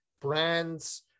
brands